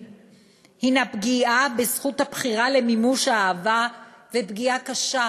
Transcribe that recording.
הם פגיעה בזכות הבחירה למימוש האהבה ופגיעה קשה